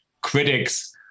critics